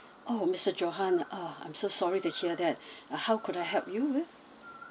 oh mister johan ah I'm so sorry to hear that uh how could I help you with